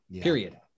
period